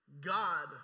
God